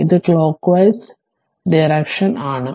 ഇത് clockwise direction ആണ്